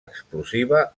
explosiva